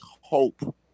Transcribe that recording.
hope